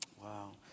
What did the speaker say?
Wow